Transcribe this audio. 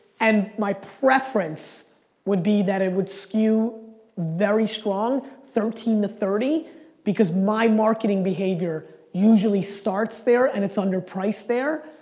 and my preference would be that it would skew very strong thirteen to thirty because my marketing behavior usually starts there and it's underpriced there.